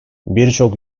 birçok